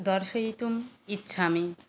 दर्शयितुं इच्छामि